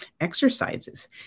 exercises